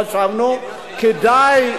כדאי,